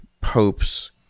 popes